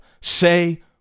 Say